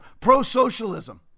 pro-socialism